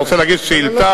אתה רוצה להגיש שאילתא?